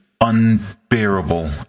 unbearable